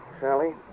Sally